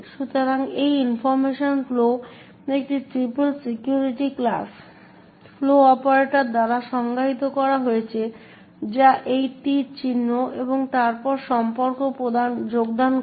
সুতরাং এই ইনফরমেশন ফ্লোটি এই triple security class flow operator দ্বারা সংজ্ঞায়িত করা হয়েছে যা এই তীর চিহ্ন এবং তারপর সম্পর্ক যোগদান করে